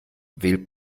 wählt